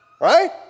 Right